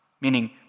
Meaning